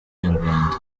nyarwanda